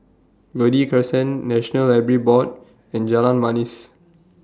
Verde Crescent National Library Board and Jalan Manis